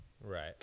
Right